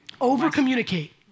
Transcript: Over-communicate